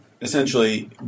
essentially